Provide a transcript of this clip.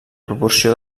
proporció